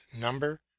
number